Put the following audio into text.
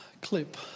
clip